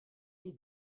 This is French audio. est